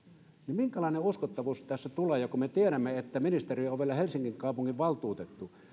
minkälainen uskottavuus tässä tulee kun me tiedämme että ministeri on vielä helsingin kaupunginvaltuutettu